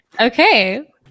Okay